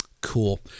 cool